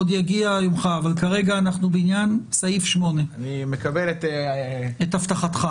עוד יגיע יומך אבל כרגע אנחנו בעניין סעיף 8. אני סומך על הבטחתך.